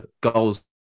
Goals